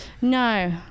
No